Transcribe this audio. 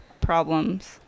problems